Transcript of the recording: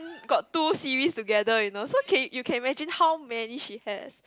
got two series together you know so can you can imagine how many she had